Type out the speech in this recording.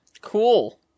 Cool